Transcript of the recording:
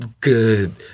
good